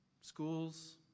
Schools